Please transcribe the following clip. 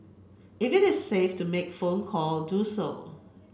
if it is safe to make phone call do so